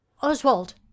Oswald